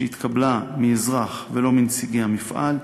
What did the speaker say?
שהתקבלה מאזרח, ולא מנציגי המפעל,